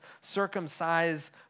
circumcise